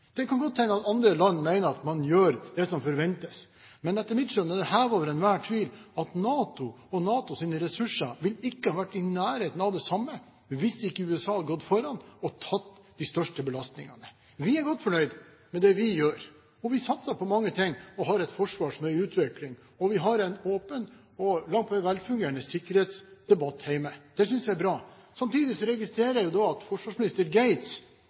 Det kan godt hende at andre land mener at man gjør det som forventes. Men etter mitt skjønn er det hevet over enhver tvil at NATO og NATOs ressurser ikke ville ha vært i nærheten av det samme hvis ikke USA hadde gått foran og tatt de største belastningene. Vi er godt fornøyd med det vi gjør. Vi satser på mange ting og har et forsvar som er i utvikling. Vi har en åpen og langt på vei velfungerende sikkerhetsdebatt hjemme. Det synes jeg er bra. Samtidig registrerer jeg at forsvarsminister